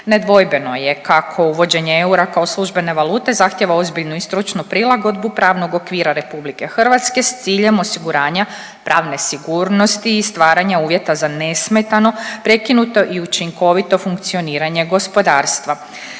Nedvojbeno je kako uvođenje eura kao službene valute zahtjeva ozbiljnu i stručnu prilagodbu pravnog okvira RH s ciljem osiguranja pravne sigurnosti i stvaranje uvjeta za nesmetano prekinuto i učinkovito funkcioniranje gospodarstva.